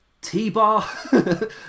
T-Bar